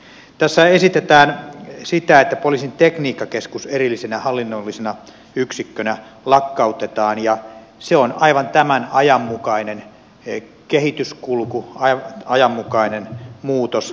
tässä esitetään sitä että poliisin tekniikkakeskus erillisenä hallinnollisena yksikkönä lakkautetaan ja se on aivan tämän ajan mukainen kehityskulku tämän ajan mukainen muutos